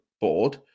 board